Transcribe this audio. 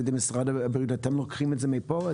ידי משרד הבריאות אתם לוקחים את זה מפה?